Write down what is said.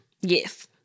Yes